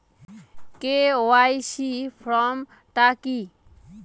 KYC form টা কি?